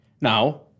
Now